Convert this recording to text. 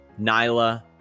Nyla